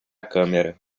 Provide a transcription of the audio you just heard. câmera